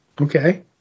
okay